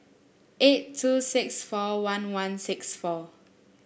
eight two six four one one six four